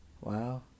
wow